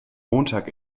montag